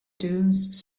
dunes